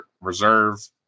reserve